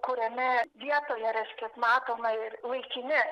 kuriame vietoje reiškias matoma ir laikini